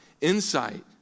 insight